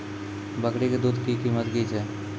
बकरी के दूध के कीमत की छै?